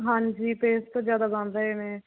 ਹਾਂਜੀ ਪੇਜ ਤੋ ਜਿਆਦਾ ਬਣ ਰਹੇ ਨੇ